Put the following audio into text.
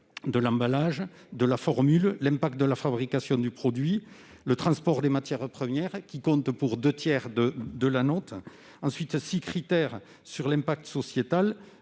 de l'emballage et de la formule, l'impact de la fabrication du produit, le transport des matières premières qui compte pour deux tiers de la note. Les six autres critères portent sur l'impact sociétal,